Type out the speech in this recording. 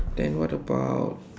then what about